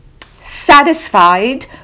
satisfied